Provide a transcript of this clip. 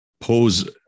pose